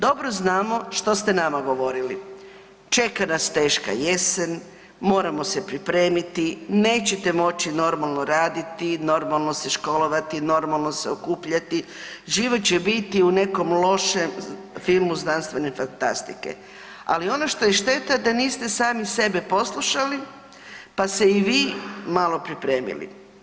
Dobro znamo što ste nama govorili, čeka nas teška jesen, moramo se pripremiti, nećete moći normalno raditi, normalno se školovati, normalno se okupljati, život će biti u nekom lošem filmu znanstvene fantastike, ali ono što je šteta da niste sami sebe poslušali pa se i vi malo pripremili.